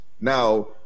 now